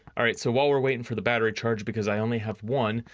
all right, so while we're waiting for the battery charge because i only have one,